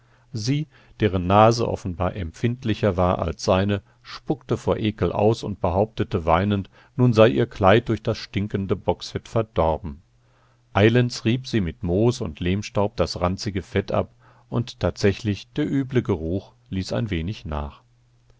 sie deren nase offenbar empfindlicher war als seine spuckte vor ekel aus und behauptete weinend nun sei ihr kleid durch das stinkende bocksfett verdorben eilends rieb sie mit moos und lehmstaub das ranzige fett ab und tatsächlich der üble geruch ließ ein wenig nach